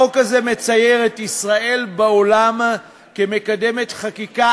החוק הזה מצייר את ישראל בעולם כמקדמת חקיקה